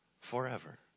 forever